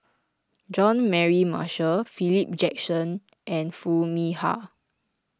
Jean Mary Marshall Philip Jackson and Foo Mee Har